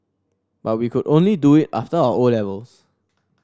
but we could only do it after our O levels